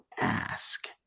ask